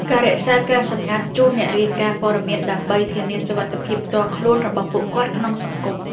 ការរក្សាការសម្ងាត់ជូនអ្នករាយការណ៍ព័ត៌មានដើម្បីធានាសុវត្ថិភាពផ្ទាល់ខ្លួនរបស់ពួកគាត់ក្នុងសង្គម។